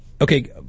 Okay